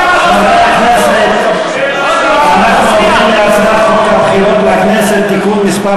אנחנו עוברים להצעת חוק הבחירות לכנסת (תיקון מס'